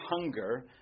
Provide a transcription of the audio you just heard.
hunger